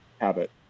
habit